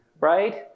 right